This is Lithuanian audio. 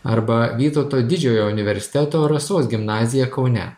arba vytauto didžiojo universiteto rasos gimnazija kaune